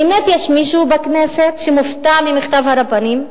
באמת יש מישהו בכנסת שמופתע ממכתב הרבנים?